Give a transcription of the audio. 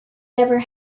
never